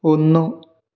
ഒന്നു